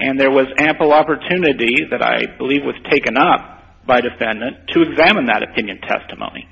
and there was ample opportunity that i believe with taken up by defendant to examine that opinion testimony